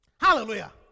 hallelujah